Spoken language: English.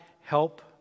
help